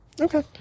Okay